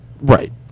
Right